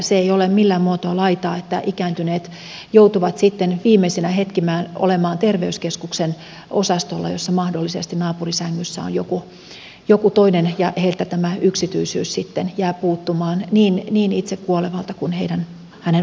se ei ole millään muotoa laitaa että ikääntyneet joutuvat viimeisinä hetkinään olemaan terveyskeskuksen osastolla jossa mahdollisesti naapurisängyssä on joku toinen ja heiltä tämä yksityisyys sitten jää puuttumaan niin itse kuolevilta kuin heidän omaisiltaankin